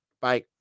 Bye